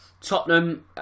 Tottenham